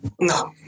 No